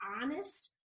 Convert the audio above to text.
honest